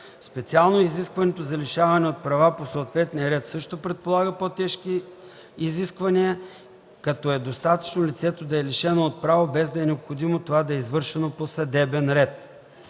Специално изискването за лишаване от права „по съответния ред” също предполага по-тежки изисквания, като е достатъчно лицето да е лишено от право, без да е необходимо това да е извършено по съдебен ред.